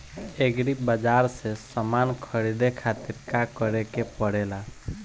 Agri बाज़ार से समान ख़रीदे खातिर का करे के पड़ेला?